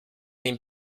den